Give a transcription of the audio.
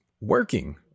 working